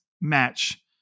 match